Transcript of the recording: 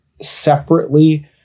separately